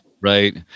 right